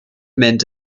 mint